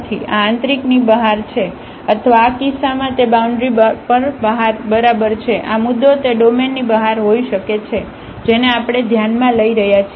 આ આંતરિકની બહાર છે અથવા આ કિસ્સામાં તે બાઉન્ડ્રીબાઉન્ડ્રી પર બરાબર છે આ મુદ્દો તે ડોમેનની બહાર હોઈ શકે છે જેને આપણે ધ્યાનમાં લઈ રહ્યા છીએ